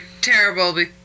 terrible